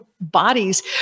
bodies